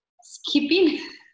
skipping